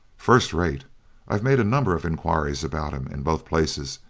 first-rate. i've made a number of inquiries about him in both places,